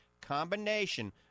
Combination